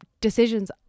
decisions